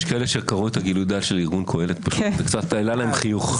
יש כאלה שקראו את גילוי הדעת של ארגון קהלת וזה קצת העלה להם חיוך.